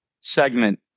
segment